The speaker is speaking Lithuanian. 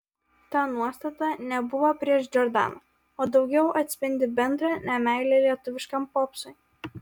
ta nuostata nebuvo prieš džordaną o daugiau atspindi bendrą nemeilę lietuviškam popsui